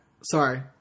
Sorry